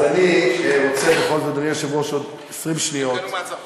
הם קנו מהצרפתים,